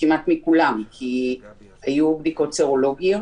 כרגע אנחנו גם בודקים את האפשרות של מי שלא יכול לצאת מהבית בלי סיוע,